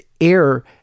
air